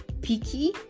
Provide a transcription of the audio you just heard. picky